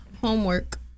Homework